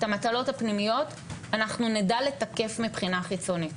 את המטלות הפנימיות אנחנו נדע לתקף מבחינה חיצונית,